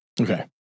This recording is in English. Okay